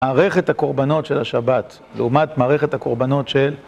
מערכת הקורבנות של השבת, לעומת מערכת הקורבנות של...